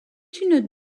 une